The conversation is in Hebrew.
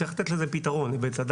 צריך לתת לזה פתרון וצדק.